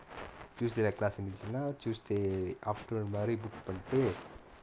tuesday leh class இருந்துச்சுனா:irunthuchunaa tuesday afternoon மாரி:maari book பண்ணிட்டு:pannittu